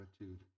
attitude